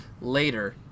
later